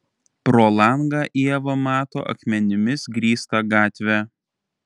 pro langą ieva mato akmenimis grįstą gatvę